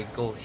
go